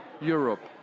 Europe